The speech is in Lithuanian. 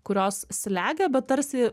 kurios slegia bet tarsi